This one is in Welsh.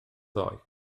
ddoe